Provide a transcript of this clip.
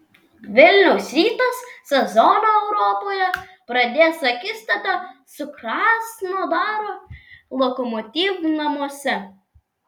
vilniaus rytas sezoną europoje pradės akistata su krasnodaro lokomotiv namuose